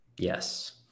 yes